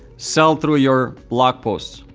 sell through your blog posts.